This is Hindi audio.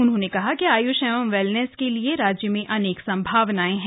उन्होंने कहा कि आयुष एवं वेलनेस के लिए राज्य में अनेक संभावनाएं हैं